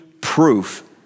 proof